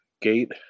gate